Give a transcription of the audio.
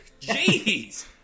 Jeez